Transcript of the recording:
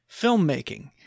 filmmaking